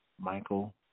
Michael